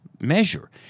measure